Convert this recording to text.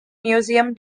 museum